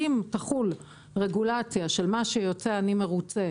אם תחול רגולציה של "מה שיוצא אני מרוצה"